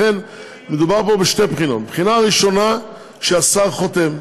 לכן מדובר פה בשתי בחינות: בחינה ראשונה שהשר חותם,